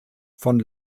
von